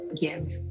give